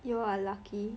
you are lucky